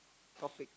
topic